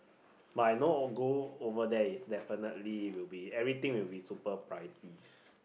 but I know now go over there is definitely will be everything will be super pricey